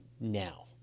now